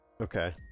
Okay